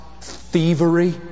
thievery